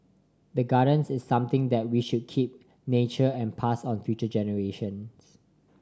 the gardens is something that we should keep nurture and pass on future generations